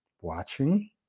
watching